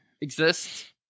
exist